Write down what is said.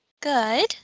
Good